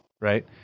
right